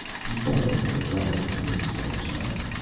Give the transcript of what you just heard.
he thought of the relics in this strange land.